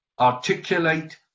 articulate